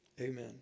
Amen